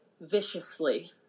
viciously